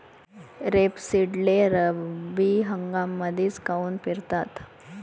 रेपसीडले रब्बी हंगामामंदीच काऊन पेरतात?